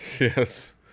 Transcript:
Yes